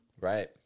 Right